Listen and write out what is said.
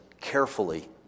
carefully